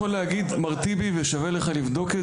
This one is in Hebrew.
אני יכול להגיד, מר טיבי, ושווה לך לבדוק את